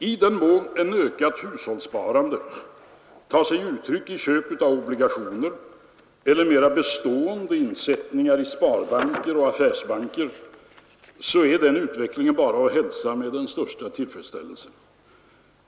I den mån ett ökat hushållssparande tar sig uttryck i köp av obligationer eller mera bestående insättningar i sparbanker och affärsbanker, så är den utvecklingen bara att hälsa med den största tillfredsställelse.